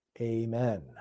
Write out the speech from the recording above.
Amen